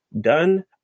done